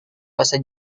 bahasa